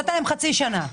נתת להם חצי שנה.